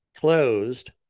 closed